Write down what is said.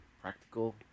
practical